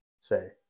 say